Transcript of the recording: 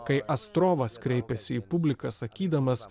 kai astrovas kreipiasi į publiką sakydamas